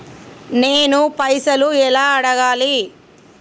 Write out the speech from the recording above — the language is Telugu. నేను పైసలు ఎలా అడగాలి?